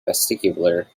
vestibular